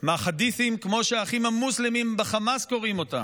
מהחדית'ים כמו שהאחים המוסלמים בחמאס קוראים אותם.